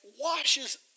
washes